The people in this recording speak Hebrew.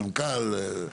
מנכ"ל,